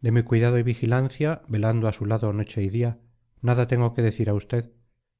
mi cuidado y vigilancia velando a su lado noche y día nada tengo que decir a usted